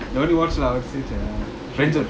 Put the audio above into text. we only watch friends